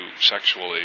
sexually